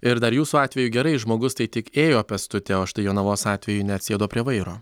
ir dar jūsų atveju gerai žmogus tai tik ėjo pėstute o štai jonavos atveju net sėdo prie vairo